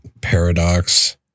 paradox